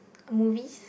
uh movies